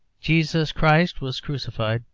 jesus christ was crucified,